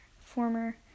former